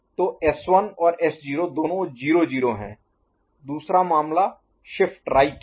तो S1 और S0 दोनों 00 हैं दूसरा मामला शिफ्ट राइट है